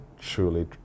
truly